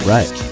Right